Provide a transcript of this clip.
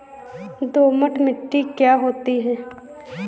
दोमट मिट्टी क्या होती हैं?